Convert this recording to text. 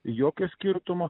jokio skirtumo